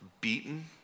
beaten